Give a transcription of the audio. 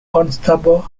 constable